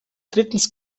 drittens